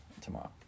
tomorrow